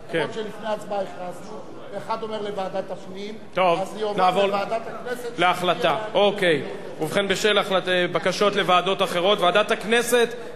עברה בקריאה טרומית ותועבר להכנתה לקריאה ראשונה בוועדת הכנסת.